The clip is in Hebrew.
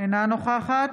אינה נוכחת